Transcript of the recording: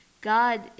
God